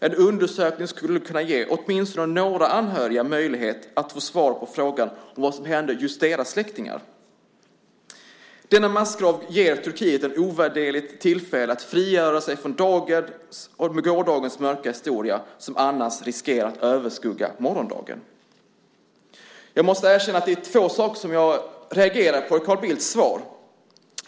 En undersökning skulle kunna ge åtminstone några anhöriga möjligheter att få svar på frågan om vad som hände just deras släktingar. En undersökning av denna massgrav ger Turkiet ett ovärderligt tillfälle att frigöra sig från dagens och gårdagens mörka historia, som annars riskerar att överskugga morgondagen. Jag måste erkänna att det är två saker som jag reagerar på i Carl Bildts svar.